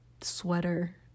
sweater